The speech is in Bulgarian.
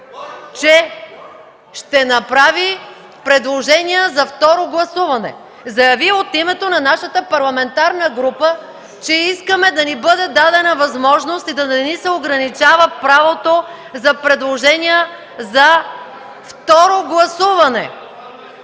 че ще направи предложения за второ гласуване. Заяви от името на нашата парламентарна група, че искаме да ни бъде дадена възможност и да не ни се ограничава правото за предложения за второ гласуване.